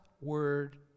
word